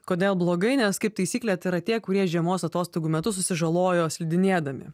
kodėl blogai nes kaip taisyklė tai yra tie kurie žiemos atostogų metu susižalojo slidinėdami